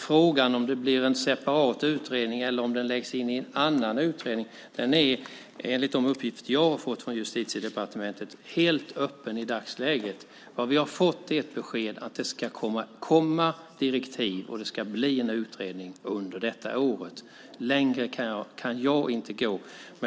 Frågan om det blir en separat utredning eller om detta läggs in i en annan utredning är alltså, enligt de uppgifter jag har fått från Justitiedepartementet, helt öppen i dagsläget. Vi har fått beskedet att det ska komma direktiv och att det ska bli en utredning under detta år. Längre kan jag inte gå.